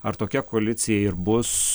ar tokia koalicija ir bus